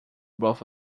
both